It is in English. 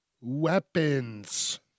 weapons